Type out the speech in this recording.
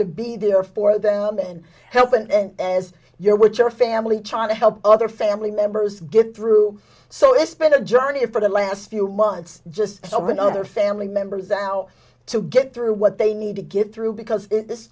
to be there for them and help and as you're with your family trying to help other family members get through so it's been a journey for the last few months just so when other family members out to get through what they need to get through because